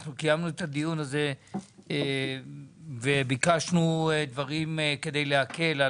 אנחנו קיימנו את הדיון הזה וביקשנו דברים כדי להקל,